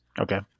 Okay